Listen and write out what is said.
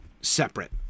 separate